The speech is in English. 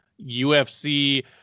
UFC